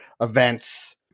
events